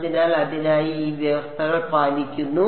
അതിനാൽ അതിനായി ഈ വ്യവസ്ഥകൾ പാലിക്കുന്നു